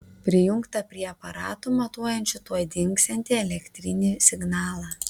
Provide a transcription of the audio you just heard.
prijungta prie aparatų matuojančių tuoj dingsiantį elektrinį signalą